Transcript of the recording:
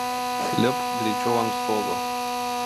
lipk greičiau ant stogo